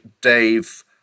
dave